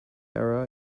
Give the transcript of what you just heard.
error